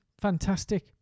fantastic